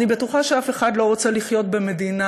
אני בטוחה שאף אחד לא רוצה לחיות במדינה